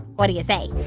what do you say?